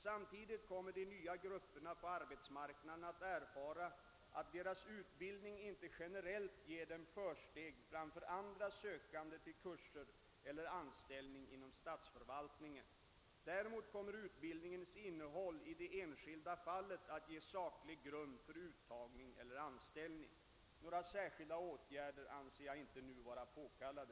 Samtidigt kommer de nya grupperna på arbetsmarknaden att erfara att deras utbildning inte generellt ger dem försteg framför andra sökande till kurser eller anställning inom statsförvaltningen. Däremot kommer utbildningens innehåll i det enskilda fallet att ge saklig grund för uttagning eller anställning. Några särskilda åtgärder anser jag inte nu vara påkallade.